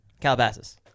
Calabasas